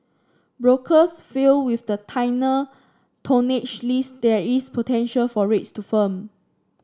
brokers feel with the tonnage list there is potential for rates to firm